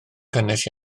cynnes